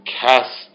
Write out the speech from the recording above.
cast